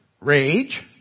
rage